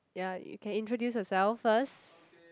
ya you can introduce yourself first